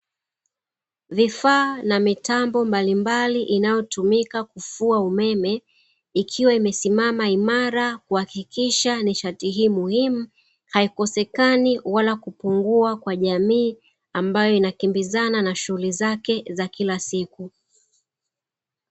Vifaa na mitambo mbalimbali inayotumika kufua umeme, ikiwa imesimama imara kuhakikisha nishati hii muhimu haikosekani wala kupungua kwenye jamii ambayo inakimbizana na shughuli zake za kila siku.